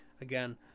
Again